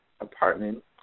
apartment